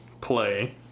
play